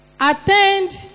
Attend